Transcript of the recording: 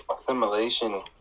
assimilation